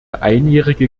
einjährige